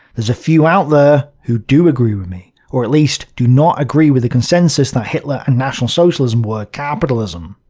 there's a few out there who do agree with me, or at least, do not agree with the consensus that hitler and national socialism were capitalism.